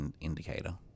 indicator